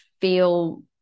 feel